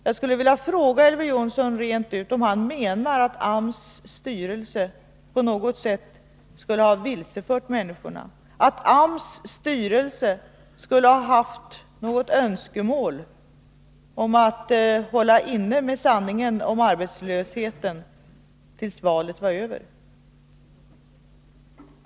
Jag skulle vilja fråga Elver Jonsson rent ut om han menar att AMS styrelse på något sätt skulle ha vilsefört människorna, att AMS styrelse skulle ha haft något önskemål om att hålla inne med sanningen om arbetslösheten tills valet var över.